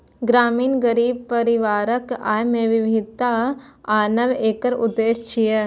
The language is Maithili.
ग्रामीण गरीब परिवारक आय मे विविधता आनब एकर उद्देश्य छियै